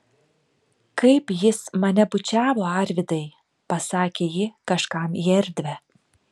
kaip jis mane bučiavo arvydai pasakė ji kažkam į erdvę